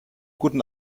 guten